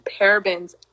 parabens